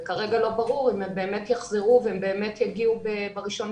וכרגע לא ברור אם הם באמת יחזרו ואם הם באמת יגיעו ב-1 בספטמבר.